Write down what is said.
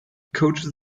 coaches